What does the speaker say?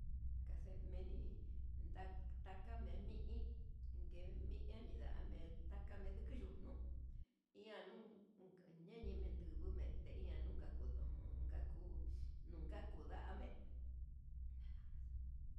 Kaxe menii taka me hi i nguemin eñindame'e taka nikendu jun iha nuu ñeñime ndume'e ndeyanuu kakundu jun ngakuu, nunka kuu ndame'e nandamas.